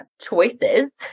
choices